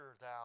thou